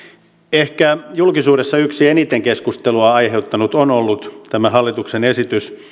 ehkä julkisuudessa yksi eniten keskustelua aiheuttanut on ollut hallituksen esitys